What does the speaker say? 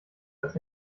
als